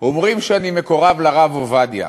"אומרים שאני מקורב לרב עובדיה.